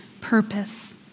purpose